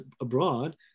abroad